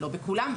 לא בכולם,